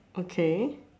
okay